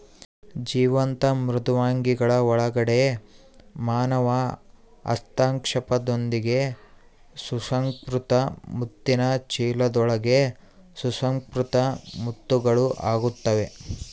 ಜೀವಂತ ಮೃದ್ವಂಗಿಗಳ ಒಳಗಡೆ ಮಾನವ ಹಸ್ತಕ್ಷೇಪದೊಂದಿಗೆ ಸುಸಂಸ್ಕೃತ ಮುತ್ತಿನ ಚೀಲದೊಳಗೆ ಸುಸಂಸ್ಕೃತ ಮುತ್ತುಗಳು ಆಗುತ್ತವೆ